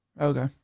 Okay